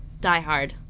diehard